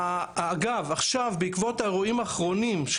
אגב, עכשיו, בעקבות האירועים האחרונים,